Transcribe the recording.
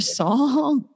song